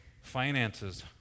Finances